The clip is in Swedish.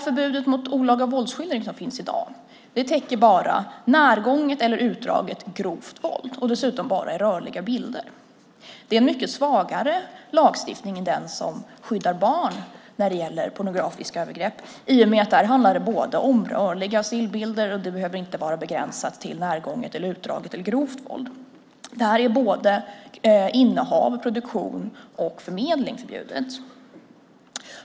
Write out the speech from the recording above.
Förbudet mot olaga våldsskildring som finns i dag täcker bara närgånget eller utdraget, grovt våld och dessutom bara i rörliga bilder. Det är en mycket svagare lagstiftning än den som skyddar barn mot pornografiska övergrepp, i och med att där handlar det om både rörliga bilder och stillbilder, och det behöver inte vara begränsat till närgånget, utdraget eller grovt våld. Där är såväl innehav som produktion och förmedling förbjudet.